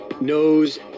knows